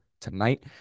tonight